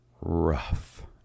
rough